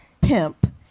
pimp